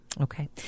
Okay